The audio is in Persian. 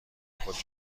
خود